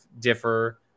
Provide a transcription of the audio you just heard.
differ